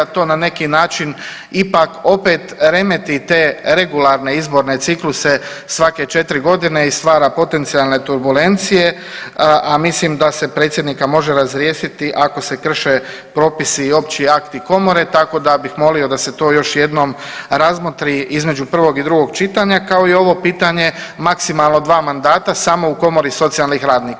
To na neki način ipak opet remeti te regularne izborne cikluse svake 4.g. i stvara potencijalne turbulencije, a mislim da se predsjednika može razriješiti ako se krše propisi i opći akti komore, tako da bih molio da se to još jednom razmotri između prvog i drugog čitanja, kao i ovo pitanje maksimalno dva mandata samo u komori socijalnih radnika.